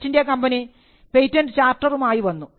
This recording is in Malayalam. ഈസ്റ്റിന്ത്യാ കമ്പനി പേറ്റൻറ് ചാർട്ടറുമായി വന്നു